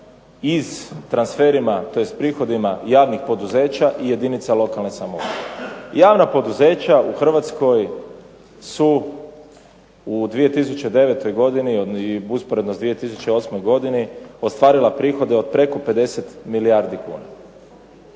iz transferima tj. prihodima javnih poduzeća i jedinica lokalne samouprave. Javna poduzeća u Hrvatskoj su u 2009. godini i usporedno sa 2008. godini ostvarila prihode preko 50 milijardi kuna.